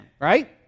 right